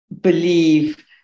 believe